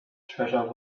treasure